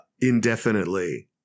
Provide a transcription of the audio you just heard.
indefinitely